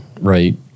right